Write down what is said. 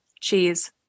cheese